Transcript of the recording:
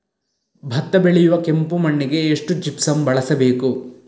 ಭತ್ತ ಬೆಳೆಯುವ ಕೆಂಪು ಮಣ್ಣಿಗೆ ಎಷ್ಟು ಜಿಪ್ಸಮ್ ಬಳಸಬೇಕು?